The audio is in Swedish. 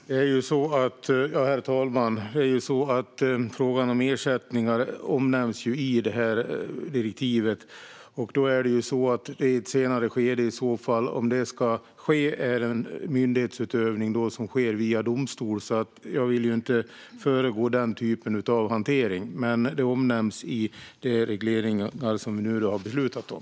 Herr talman! Frågan om ersättningar omnämns i direktivet. Det handlar i ett senare skede, om det ska ske, om myndighetsutövning som sker via domstol, och jag vill inte föregå den typen av hantering. Men det omnämns i de regleringar som vi nu har beslutat om.